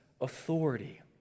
authority